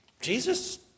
Jesus